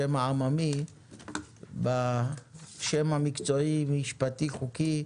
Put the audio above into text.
בשמה העממי ובשמה המקצועי/משפטי/חוקי,